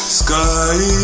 sky